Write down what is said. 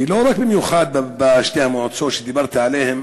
ולא רק במיוחד בשתי המועצות שדיברת עליהן,